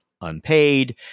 unpaid